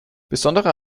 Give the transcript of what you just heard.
besondere